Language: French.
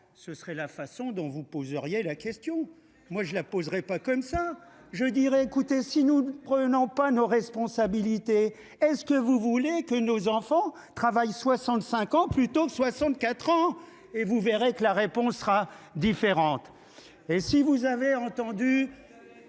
ce serait la façon dont vous poseriez la question, moi je la poserai pas. Comme ça je dirais écoutez si nous ne prenons pas nos responsabilités. Est ce que vous voulez que nos enfants travaillent 65 ans plutôt 64 ans et vous verrez que la réponse sera différente. Et si vous avez entendu.